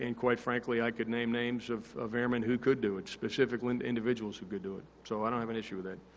and quite frankly, i could name names of of airmen who could do it specific and individuals who could do it. so, i don't have an issue with that.